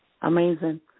Amazing